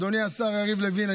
אדוני השר יריב לוין,